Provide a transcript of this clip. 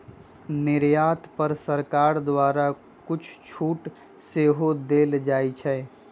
निर्यात पर सरकार द्वारा कुछ छूट सेहो देल जाइ छै